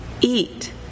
eat